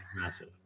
massive